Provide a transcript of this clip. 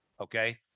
okay